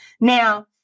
Now